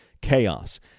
chaos